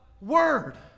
word